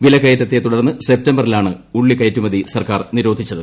വില്ക്കയറ്റത്തെ തുടർന്ന് സെപ്റ്റംബറിലാണ് ഉള്ളി കയറ്റുമതി സർക്കാർ നിരോധിച്ചത്